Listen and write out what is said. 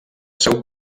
seu